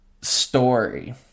story